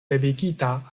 devigita